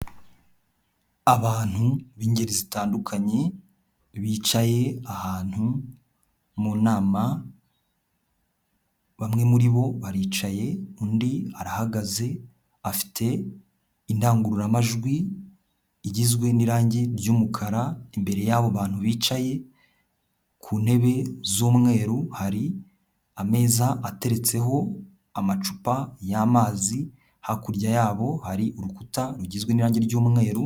Abantu b'ingeri zitandukanye bicaye ahantu mu nama, bamwe muri bo baricaye undi arahagaze, afite indangururamajwi igizwe n'irangi ry'umukara imbere y'abo bantu bicaye, ku ntebe z'umweru hari ameza ateretseho amacupa y'amazi, hakurya yabo hari urukuta rugizwe n'irangi ry'umweru...